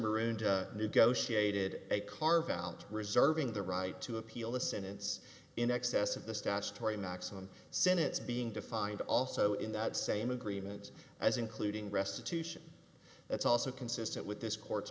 murray negotiated a carve out reserving the right to appeal the sentence in excess of the statutory maximum sentence being defined also in that same agreement as including restitution that's also consistent with this court